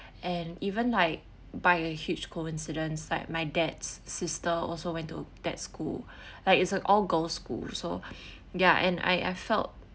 and even like by a huge coincidence like my dad's sister also went to that school like it's an all girls school so ya and I I felt